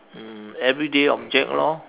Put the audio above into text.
um everyday object lor